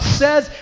says